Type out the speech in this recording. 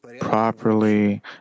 properly